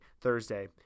Thursday